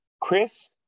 Chris